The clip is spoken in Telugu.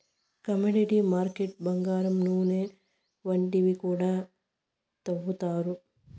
కమోడిటీ మార్కెట్లు బంగారం నూనె వంటివి కూడా తవ్విత్తారు